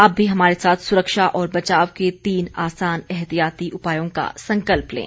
आप भी हमारे साथ सुरक्षा और बचाव के तीन आसान एहतियाती उपायों का संकल्प लें